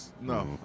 No